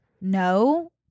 No